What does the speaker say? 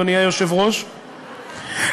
אדוני היושב-ראש,